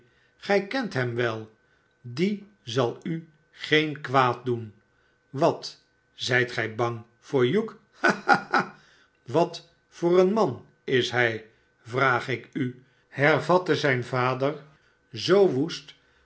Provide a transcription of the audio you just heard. gij kent hem wel die zal u seen kw td doen wat zijt gij bang voor hugh ha hafha s wat voor een man is hij vraag ik u hervatte zi j n vad er zoo woes